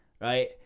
Right